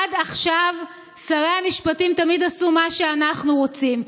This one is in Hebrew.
עד עכשיו שרי המשפטים תמיד עשו מה שאנחנו רוצים.